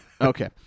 Okay